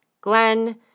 Glenn